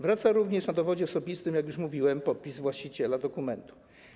Wraca również na dowodzie osobistym, jak już mówiłem, podpis właściciela dokumentu.